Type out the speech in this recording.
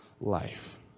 life